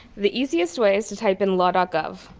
the easiest way is to type in law ah gov